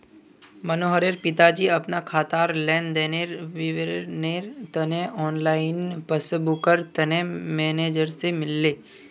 मनोहरेर पिताजी अपना खातार लेन देनेर विवरनेर तने ऑनलाइन पस्स्बूकर तने मेनेजर से मिलले